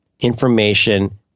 information